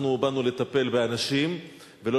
אתה